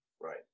Right